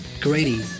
Grady